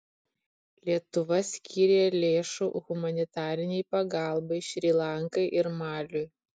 lietuva skyrė lėšų humanitarinei pagalbai šri lankai ir maliui